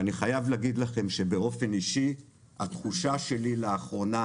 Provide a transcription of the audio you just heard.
אני חייב לומר לכם שבאופן אישי התחושה שלי לאחרונה